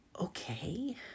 okay